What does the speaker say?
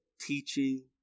teaching